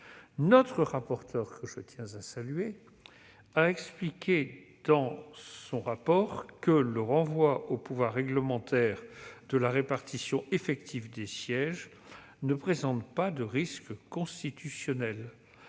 notre rapporteure, que je tiens à saluer, le renvoi au pouvoir réglementaire de la répartition effective des sièges ne présente pas de risque constitutionnel.